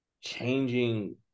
changing